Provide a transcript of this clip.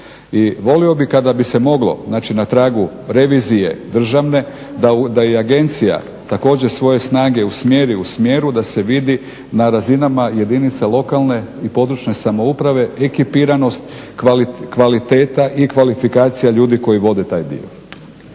I volio bih kada bi se moglo znači na tragu Državne revizije da i agencija također svoje snage usmjeri u smjeru da se vidi na razinama jedinice lokalne i područne samouprave ekipiranost, kvaliteta i kvalifikacija ljudi koji vode taj dio.